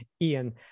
Ian